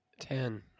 Ten